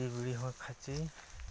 ᱪᱩᱴᱤᱼᱵᱤᱲᱤ ᱦᱚᱸ ᱠᱷᱟᱪᱪᱷᱤ